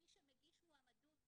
מי שמגיש מועמדות